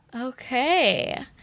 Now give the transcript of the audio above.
Okay